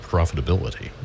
profitability